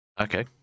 Okay